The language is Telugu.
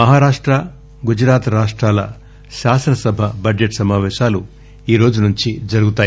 మహరాష్ట గుజరాత్ రాష్టాల శాసనసభ బడ్జెట్ సమావేశాలు ఈ రోజు నుంచి జరుగుతాయి